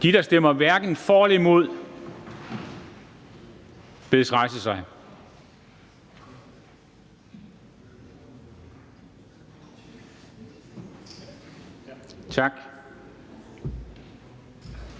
der stemmer hverken for eller imod, bedes rejse sig.